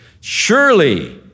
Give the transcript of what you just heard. surely